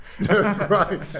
Right